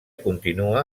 continua